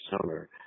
summer